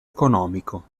economico